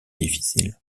difficiles